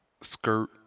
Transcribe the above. skirt